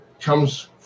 comes